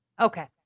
Okay